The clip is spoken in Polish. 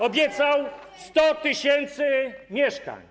Obiecał 100 tys. mieszkań.